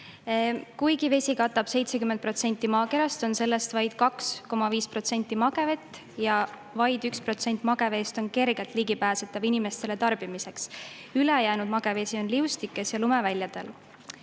Kuigi vesi katab 70% maakerast, on sellest vaid 2,5% magevett ja vaid 1% mageveest on kergelt ligipääsetav inimestele tarbimiseks. Ülejäänud magevesi on liustikes ja lumeväljadel.